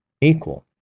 equal